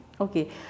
Okay